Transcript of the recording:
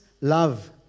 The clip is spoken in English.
love